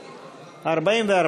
הסביבה, לשנת הכספים 2017, לא נתקבלה.